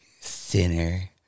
Sinner